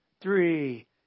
three